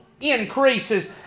increases